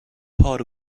part